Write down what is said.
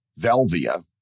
Velvia